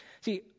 See